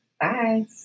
Bye